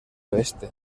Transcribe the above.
oeste